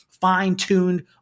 fine-tuned